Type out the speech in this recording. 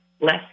less